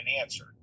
answer